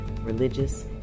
religious